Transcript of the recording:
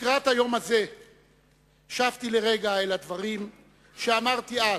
לקראת היום הזה שבתי לרגע אל הדברים שאמרתי אז,